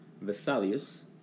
Vesalius